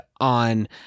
on